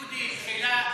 דודי, שאלה חברית.